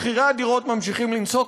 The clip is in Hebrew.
מחירי הדירות ממשיכים לנסוק,